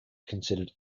considered